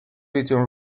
between